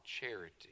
charity